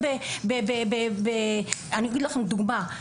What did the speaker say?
אני אתן דוגמה,